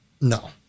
no